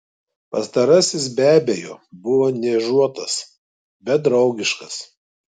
pastarasis be abejo buvo niežuotas bet draugiškas